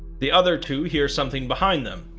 the other two hear something behind them,